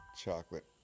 chocolate